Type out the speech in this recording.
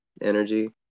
energy